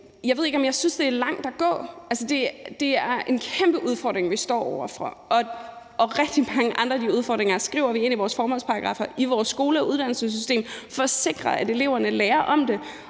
Jeg ved ikke, om jeg synes, det er langt at gå. Altså, det er en kæmpe udfordring, vi står over for, og rigtig mange andre udfordringer skriver vi ind i vores formålsparagraffer i vores skole- og uddannelsessystem for at sikre, at eleverne lærer om det.